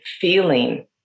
feeling